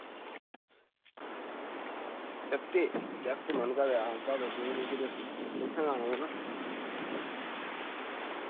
जाकते जाकत मनगा ते आगा ते नेईं ते फिर तुसैं गै आना पौना